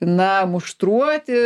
na muštruoti